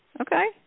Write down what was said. Okay